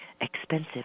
expensive